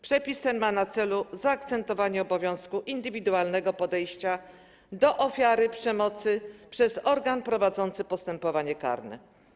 Przepis ten ma na celu zaakcentowanie obowiązku indywidualnego podejścia do ofiary przemocy przez organ prowadzący postępowanie karne.